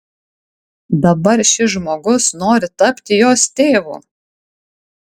dabar šis žmogus nori tapti jos tėvu